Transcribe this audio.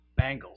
Bengals